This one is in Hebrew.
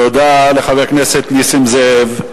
תודה לחבר הכנסת נסים זאב.